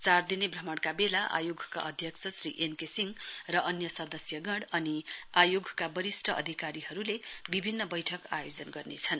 चार दिने भ्रमणका वेला आयोगका अध्यक्ष श्री एन के सिंह र अन्य सदस्यगण अनि आयोगका वरिष्ट अधिकारीहरूले विभिन्न बैठक आयोजन गर्नेछन्